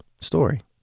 story